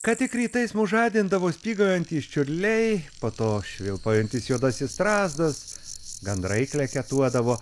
ką tik rytais mus žadindavo spygaujantys čiurliai po to švilpaujantis juodasis strazdas gandrai kleketuodavo